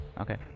Okay